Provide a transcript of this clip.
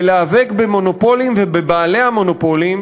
ולהיאבק במונופולים ובבעלי המונופולים,